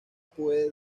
puede